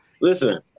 Listen